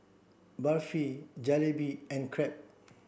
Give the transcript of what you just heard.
Barfi Jalebi and Crepe